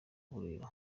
burera